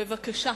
בבקשה.